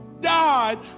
died